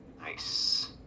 Nice